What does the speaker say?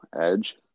edge